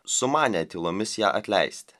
sumanė tylomis ją atleisti